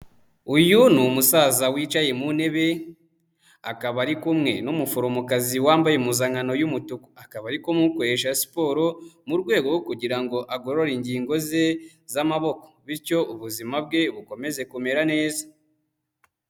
Uyu ni umusaza wicaye mu ntebe, akaba ari kumwe n'umuforomokazi wambaye impuzankano y'umutuku, akaba ari kumukoresha siporo mu rwego kugira ngo agorore ingingo ze z'amaboko, bityo ubuzima bwe bukomeze kumera neza.